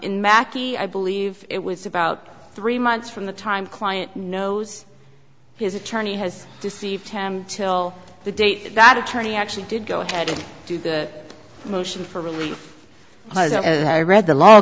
mackey i believe it was about three months from the time client knows his attorney has deceived him till the date that attorney actually did go ahead to the motion for relief read the law